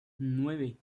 nueve